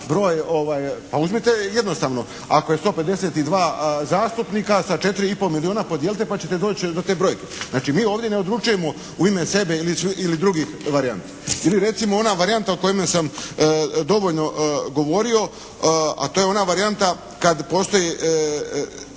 broj, pa uzmite jednostavno, ako je 152 zastupnika sa 4 i pol milijuna podijelite pa ćete doći do te brojke. Znači mi ovdje ne odlučujemo u ime sebe ili drugih varijanti. Ili recimo ona varijanta o kojemu sam dovoljno govorio, a to je ona varijanta kad postoji